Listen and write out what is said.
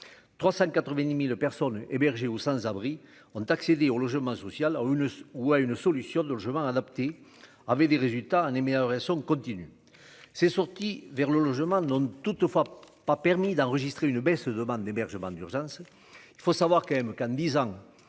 390000 personnes hébergées aux sans-abri ont accéder au logement social alors une ou à une solution de logement adapté, avec des résultats un MBA continue c'est sorti vers le logement n'ont toutefois pas permis d'enregistrer une baisse de demandes d'hébergement d'urgence, il faut savoir quand même qu'en 10 ans,